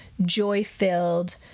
joy-filled